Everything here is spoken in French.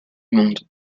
monde